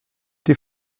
die